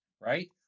right